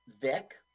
Vic